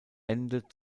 ende